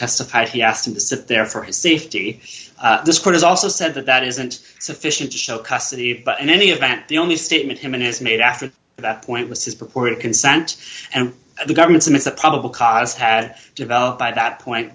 testify he asked him to sit there for his safety this court has also said that that isn't sufficient to show custody but in any event the only statement him and has made after that point with his purported consent and the government's and it's a probable cause had developed by that point